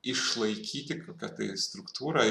išlaikyti kokią tai struktūrą